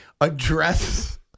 address